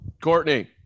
courtney